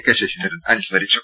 K Saseendran അനുസ്മരിച്ചു